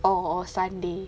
or or Sunday